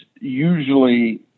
usually